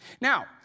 Now